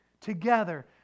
together